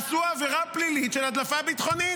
עשו עבירה פלילית של הדלפה ביטחונית.